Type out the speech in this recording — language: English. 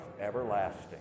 everlasting